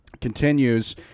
continues